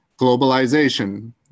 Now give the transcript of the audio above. globalization